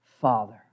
Father